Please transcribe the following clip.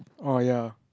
oh ya